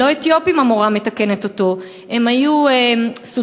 הם לא אתיופים, המורה מתקנת אותו, הם היו סודאנים.